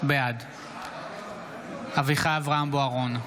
בעד אביחי אברהם בוארון,